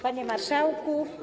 Panie Marszałku!